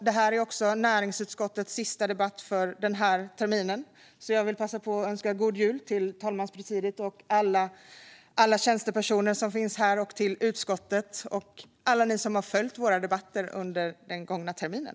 Detta är näringsutskottets sista debatt för denna termin, så jag vill också passa på att önska en god jul till talmanspresidiet och alla tjänstepersoner som finns här, liksom till utskottet och alla er som har följt våra debatter under den gångna terminen.